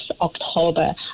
October